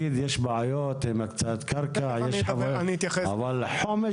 בעיות עם הקצאת קרקע, אבל חומש